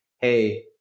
hey